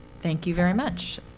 thank you very much.